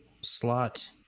slot